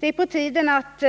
Det är på tiden att